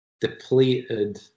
depleted